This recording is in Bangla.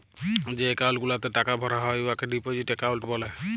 যে একাউল্ট গুলাতে টাকা ভরা হ্যয় উয়াকে ডিপজিট একাউল্ট ব্যলে